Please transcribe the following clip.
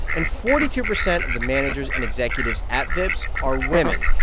and forty two percent of the managers and executives at vipps are women.